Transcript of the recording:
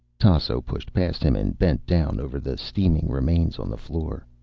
tasso pushed past him and bent down, over the steaming remains on the floor.